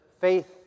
faith